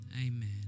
amen